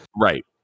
Right